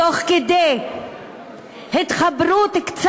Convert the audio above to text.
היית יכול למשוך זמן תוך כדי קצת התחברות לערכים